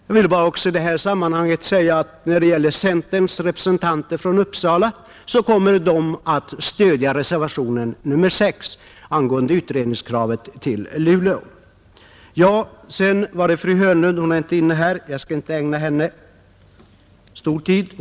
Jag vill i det här sammanhanget också säga att centerpartiets representanter från Uppsala kommer att stödja reservationen 6 angående utredningskravet. Fru Hörnlund är inte inne, och jag skall inte ägna henne lång tid.